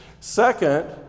Second